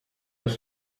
les